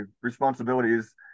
responsibilities